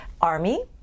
Army